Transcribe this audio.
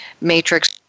matrix